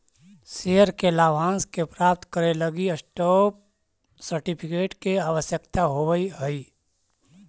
share के लाभांश के प्राप्त करे लगी स्टॉप सर्टिफिकेट के आवश्यकता होवऽ हइ